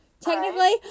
technically